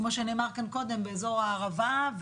כמו שנאמר כאן קודם באזור הערבה,